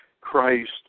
Christ